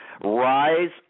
Rise